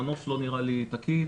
המנוף לא נראה לי תקין,